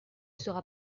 sera